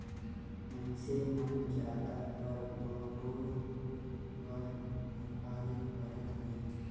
मइनसे मन जादातर बबूर रूख कर मुखारी करत रहिन